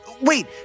Wait